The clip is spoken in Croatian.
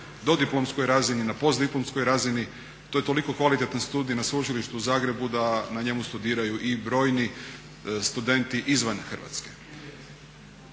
dodiplomskoj razini i na postdiplomskoj razini to je toliko kvalitetan studij na Sveučilištu u Zagrebu da na njemu studiraju i brojni studenti izvan Hrvatske